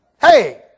Hey